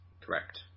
correct